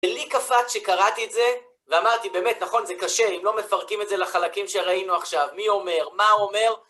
לי קפט שקראתי את זה, ואמרתי, באמת, נכון, זה קשה, אם לא מפרקים את זה לחלקים שראינו עכשיו, מי אומר, מה אומר.